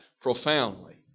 profoundly